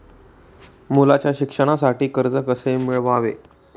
मुलाच्या शिक्षणासाठी कर्ज कसे मिळवावे?